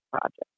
project